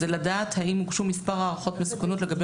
זה לדעת האם הוגשו מספר הערכות מסוכנות לגבי